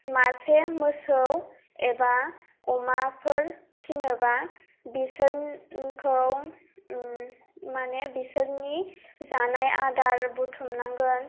मासे मोसौ एबा अमाफोर फिनोब्ला बिसोरखौ माने बिसोरनि जानाय आदार बुथुमनांगोन